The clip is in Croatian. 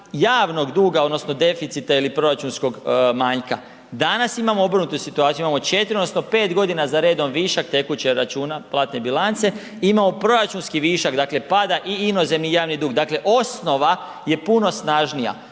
javnog duga odnosno deficita ili proračunskog manjka. Danas imamo obrnutu situaciju, imamo 4 odnosno 5.g. za redom višak tekućeg računa platne bilance i imamo proračunski višak, dakle pada i inozemni javni dug. Dakle, osnova je puno snažnija,